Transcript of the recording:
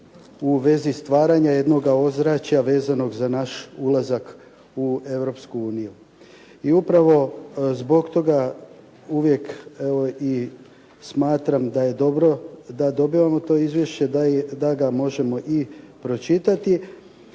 u vezi stvaranja jednoga ozračja vezanog za naš ulazak u Europsku uniju. I upravo zbog toga uvije evo i smatram da je dobro da dobivamo to izvješće da ga možemo i pročitati,